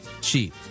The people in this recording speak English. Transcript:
cheap